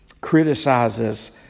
criticizes